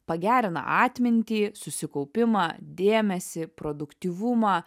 pagerina atmintį susikaupimą dėmesį produktyvumą